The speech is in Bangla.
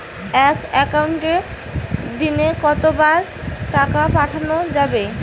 এক একাউন্টে দিনে কতবার টাকা পাঠানো যাবে?